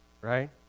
right